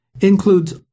includes